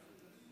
אני